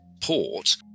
port